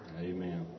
Amen